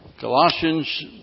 Colossians